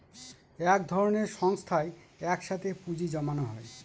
এক ধরনের সংস্থায় এক সাথে পুঁজি জমানো হয়